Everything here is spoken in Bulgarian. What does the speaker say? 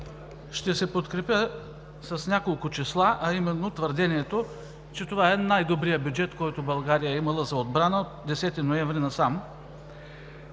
Ще подкрепя с няколко числа, а именно твърдението, че това е най-добрият бюджет, който България е имала за отбрана от 10 ноември насам.